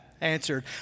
answered